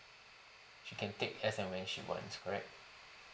she can take as and when she wants correct